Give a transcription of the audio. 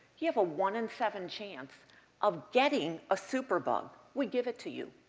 you have a one in seven chance of getting a superbug we give it to you.